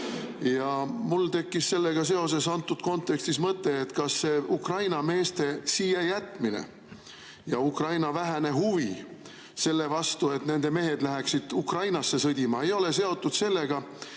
Mul tekkis sellega seoses selles kontekstis mõte, kas see Ukraina meeste siia jätmine ja Ukraina vähene huvi selle vastu, et nende mehed läheksid Ukrainasse sõdima, ei ole mitte seotud sellega,